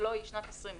הלוא היא שנת 2020,